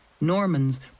Normans